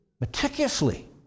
meticulously